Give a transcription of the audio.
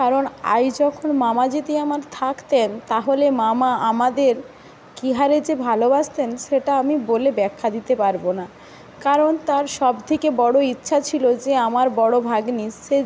কারণ আই যখন মামা যদি আমার থাকতেন তাহলে মামা আমাদের কী হারে যে ভালবাসতেন সেটা আমি বলে ব্যাখ্যা দিতে পারব না কারণ তার সবথেকে বড় ইচ্ছা ছিলো যে আমার বড় ভাগ্নি সে